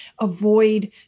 avoid